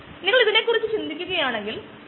അതിനാൽ ഒരു ക്ലീൻ സ്ലേറ്റിന്റെ ആവശ്യകത വളരെ കൂടുതലാണ്